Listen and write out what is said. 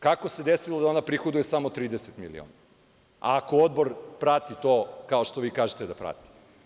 Kako se desilo da ona prihoduje samo 30 miliona ako Odbor prati to, kao što vi kažete da prati?